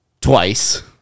twice